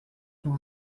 sont